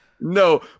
No